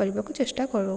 କରିବାକୁ ଚେଷ୍ଟା କରୁ